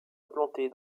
implantée